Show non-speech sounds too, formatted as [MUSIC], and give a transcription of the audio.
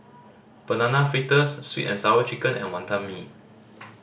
Banana Fritters Sweet And Sour Chicken and Wantan Mee [NOISE]